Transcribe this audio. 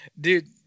Dude